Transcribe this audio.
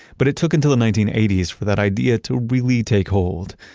but it took until the nineteen eighty s for that idea to really take hold.